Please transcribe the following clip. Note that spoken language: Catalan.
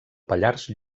pallars